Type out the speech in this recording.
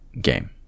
game